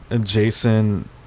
Jason